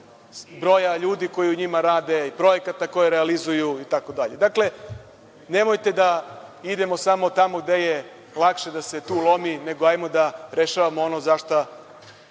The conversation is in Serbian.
broja ljudi koji u njima rade, projekata koje realizuju. Nemojte da idemo samo tamo gde je lakše da se lomi nego hajde da rešavamo ono zašta